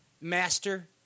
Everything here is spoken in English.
master